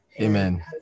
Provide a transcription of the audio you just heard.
Amen